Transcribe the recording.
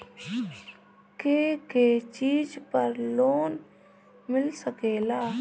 के के चीज पर लोन मिल सकेला?